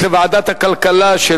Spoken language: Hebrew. לוועדת הכלכלה נתקבלה.